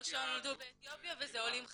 או שנולדו באתיופיה והם עולים חדשים.